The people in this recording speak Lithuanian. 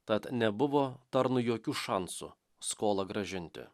tad nebuvo tarnui jokių šansų skolą grąžinti